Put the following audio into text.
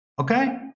okay